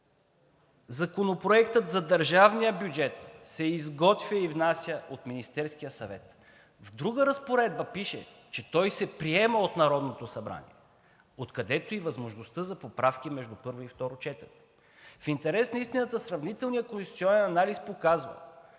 Законопроектът за държавния бюджет се изготвя и внася от Министерския съвет. В друга разпоредба пише, че той се приема от Народното събрание, откъдето е и възможността за поправки между първо и второ четене. В интерес на истината сравнителният конституционен анализ показва,